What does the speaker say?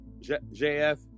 JF